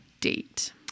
date